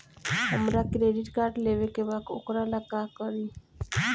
हमरा credit card लेवे के बा वोकरा ला का करी?